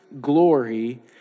glory